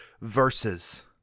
verses